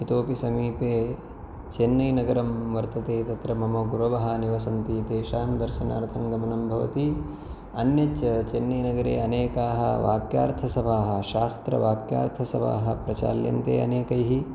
इतोऽपि समीपे चेन्नै नगरं वर्तते तत्र मम गुरवः निवसन्ति तेषां दर्शनार्थं गमनं भवति अन्यत् च चेन्नै नगरे अनेकाः वाक्यार्थसभाः शास्त्रवाक्यार्थसभाः प्रचाल्यन्ते अनेकैः